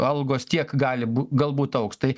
algos tiek gali bū galbūt augs tai